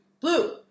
blue